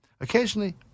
Occasionally